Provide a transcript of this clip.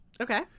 Okay